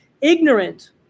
ignorant